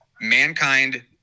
Mankind